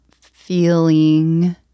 feeling